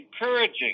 encouraging